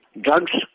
Drugs